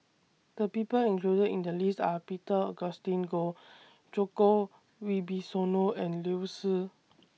The People included in The list Are Peter Augustine Goh Djoko Wibisono and Liu Si